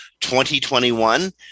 2021